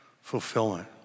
fulfillment